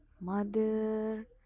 Mother